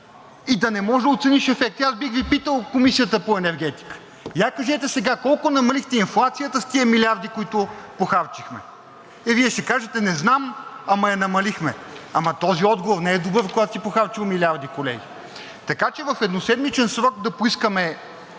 и да не можеш да оцениш ефекта? И аз бих Ви питал – Комисията по енергетика – я кажете сега колко намалихте инфлацията с тези милиарди, които похарчихме? И Вие ще кажете: не знам, ама я намалихме. Този отговор не е добър, когато си похарчил милиарди, колеги. Така че в едноседмичен срок да поискаме